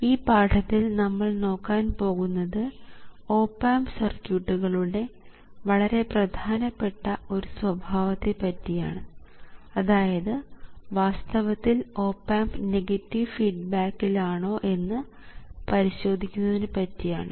ഈ പാഠത്തിൽ നമ്മൾ നോക്കാൻ പോകുന്നത് ഓപ് ആമ്പ് സർക്യൂട്ടുകളുടെ വളരെ പ്രധാനപ്പെട്ട ഒരു സ്വഭാവത്തെ പറ്റിയാണ് അതായത് വാസ്തവത്തിൽ ഓപ് ആമ്പ് നെഗറ്റീവ് ഫീഡ് ബാക്കിൽ ആണോ എന്ന് പരിശോധിക്കുന്നതിനെ പറ്റിയാണ്